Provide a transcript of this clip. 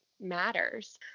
matters